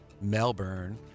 Melbourne